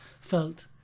felt